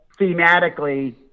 thematically